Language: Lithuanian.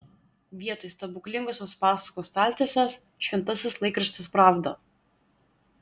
vietoj stebuklingosios pasakų staltiesės šventasis laikraštis pravda